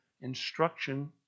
instruction